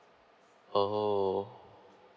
oh